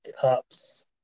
cups